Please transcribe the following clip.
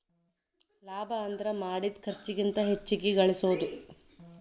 ಲಾಭ ಅಂದ್ರ ಮಾಡಿದ್ ಖರ್ಚಿಗಿಂತ ಹೆಚ್ಚಿಗಿ ಗಳಸೋದು